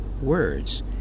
words